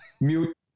mute